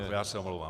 Já se omlouvám.